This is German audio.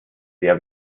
sehr